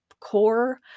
core